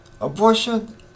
Abortion